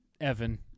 Evan